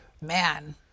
Man